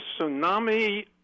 tsunami